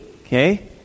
okay